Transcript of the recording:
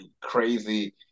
crazy